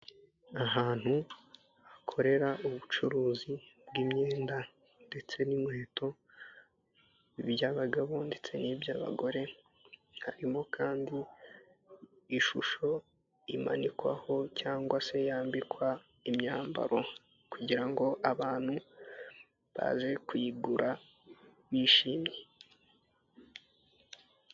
Ahantu hakorera ubucuruzi bw'imyenda ndetse n'inkweto by'abagabo ndetse n'iy'abagore, harimo kandi ishusho imanikwaho cyangwa se yambikwa imyambaro kugira ngo abantu baze kuyigura bishimye.